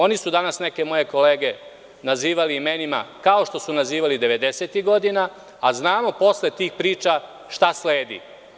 Oni su danas neke moje kolege nazivali imenima kao što su nazivali devedesetih godina, a znamo posle tih priča šta sledi.